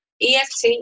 EFT